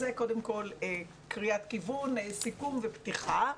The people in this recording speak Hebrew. זה קודם כל קריאת כיוון, סיכום ופתיחה.